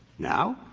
now,